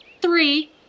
three